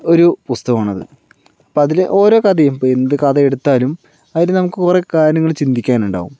ഒരു പുസ്തകമാണത് അപ്പോൾ അതിൽ ഓരോ കഥയും ഇപ്പോൾ എന്ത് കഥ എടുത്താലും അതിൽ നമുക്ക് കുറേ കാര്യങ്ങൾ ചിന്തിക്കാനുണ്ടാവും